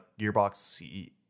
Gearbox